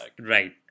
Right